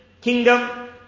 kingdom